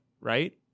right